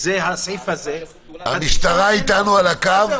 זה הסעיף הזה -- אני מסיים בארבע.